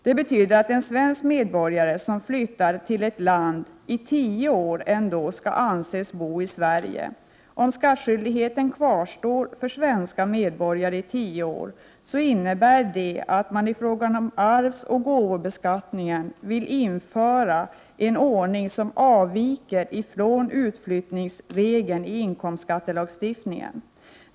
Det betyder att en svensk medborgare som flyttar till ett annat land ändå skall i tio år anses bo i Sverige. Om skattskyldigheten kvarstår för svenska medborgare i tio år, innebär det att man i fråga om arvsoch gåvobeskattningen vill införa en ordning som avviker från utflyttningsregeln i inkomstskattelagstiftningen.